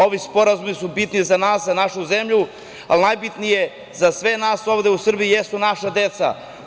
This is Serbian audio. Ovi sporazumi su bitni za nas, za našu zemlju, ali najbitnije za sve nas ovde u Srbiji jesu naša deca.